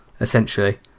essentially